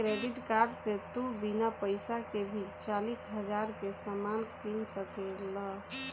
credit card से तू बिना पइसा के भी चालीस हज़ार के सामान किन सकेल